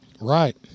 Right